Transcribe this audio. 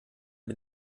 bin